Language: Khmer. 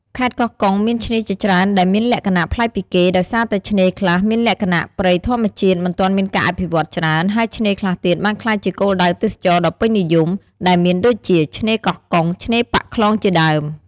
ខេត្តកោះកុងមានឆ្នេរជាច្រើនដែលមានលក្ខណៈប្លែកពីគេ ដោយសារតែឆ្នេរខ្លះមានលក្ខណៈព្រៃធម្មជាតិមិនទាន់មានការអភិវឌ្ឍន៍ច្រើន ហើយឆ្នេរខ្លះទៀតបានក្លាយជាគោលដៅទេសចរណ៍ដ៏ពេញនិយម ដែលមានដូចជា ឆ្នេរកោះកុង ឆ្នេរប៉ាក់ខ្លងជាដើម។